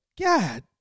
God